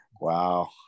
Wow